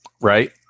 Right